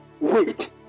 Wait